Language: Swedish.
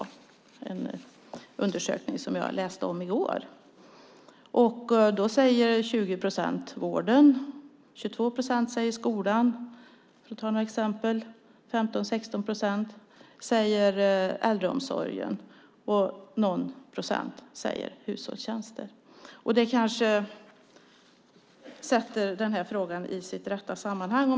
Det var en undersökning som jag läste om i går. Där säger 20 procent vården och 22 procent säger skolan, för att ta några exempel. 15-16 procent säger äldreomsorgen. Någon procent säger hushållstjänster. Det kanske sätter den här frågan i sitt rätta sammanhang.